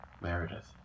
Meredith